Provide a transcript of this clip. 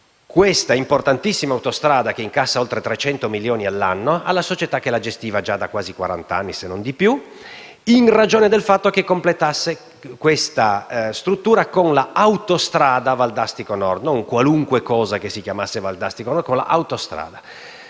questa importantissima autostrada, che incassa oltre 300 milioni all'anno, alla società che la gestiva già da quasi quarant'anni, se non di più. Questo in ragione del fatto che la suddetta società completasse questa struttura con l'autostrada Valdastico Nord: non con qualunque opera che si chiamasse Valdastico Nord, ma con questa autostrada.